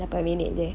lapan minute there